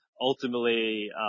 ultimately